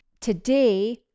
Today